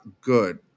good